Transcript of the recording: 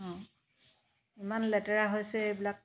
অ' ইমান লেতেৰা হৈছে এইবিলাক